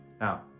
now